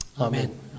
Amen